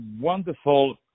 wonderful